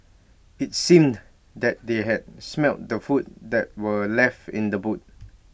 IT seemed that they had smelt the food that were left in the boot